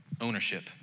ownership